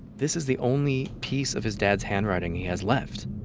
this is the only piece of his dad's handwriting he has left